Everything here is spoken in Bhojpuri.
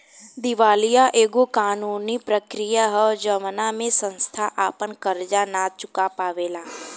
दिवालीया एगो कानूनी प्रक्रिया ह जवना में संस्था आपन कर्जा ना चूका पावेला